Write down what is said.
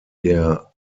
der